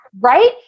right